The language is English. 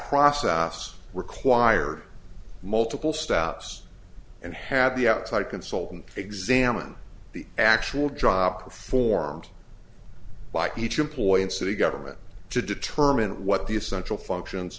process required multiple stops and had the outside consultant examined the actual drop performed by each employee in city government to determine what the essential functions